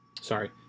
Sorry